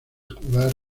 jugar